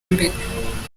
imbere